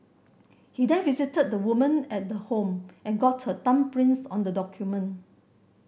he then visited the woman at the home and got her thumbprints on the document